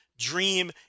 Dream